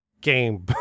game